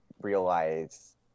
realize